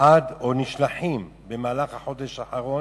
או נשלחים במהלך החודש האחרון,